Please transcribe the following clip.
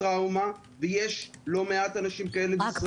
טראומה ויש לא מעט אנשים כאלה בישראל.